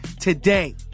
today